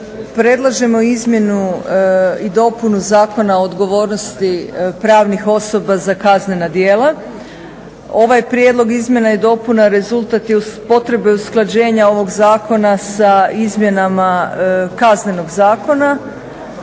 predlažemo izmjenu i dopunu Zakona o odgovornosti pravnih osoba za kaznena djela. Ovaj prijedlog izmjena i dopuna rezultat je potrebe usklađenja ovog Zakona sa izmjenama Kaznenog zakona,